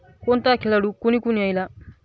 कोणता खेळाडू कोणीकडून यायला